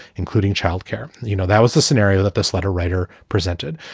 including child care. you know, that was the scenario that this letter writer presented.